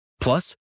Plus